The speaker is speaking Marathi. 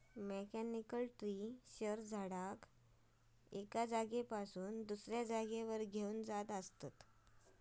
मेकॅनिकल ट्री शेकर झाडाक एका जागेपासना दुसऱ्या जागेवर घेऊन जातत